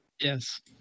Yes